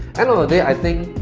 end of the day i think,